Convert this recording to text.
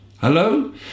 Hello